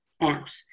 out